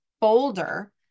folder